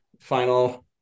final